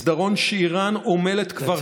מסדרון שאיראן עמלה כבר,